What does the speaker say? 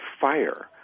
fire